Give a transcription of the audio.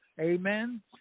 Amen